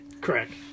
Correct